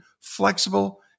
flexible